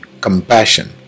compassion